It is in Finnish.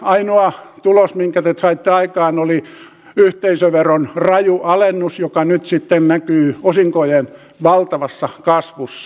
ainoa tulos minkä te saitte aikaan oli yhteisöveron raju alennus joka nyt sitten näkyy osinkojen valtavassa kasvussa